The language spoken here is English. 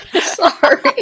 Sorry